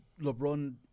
LeBron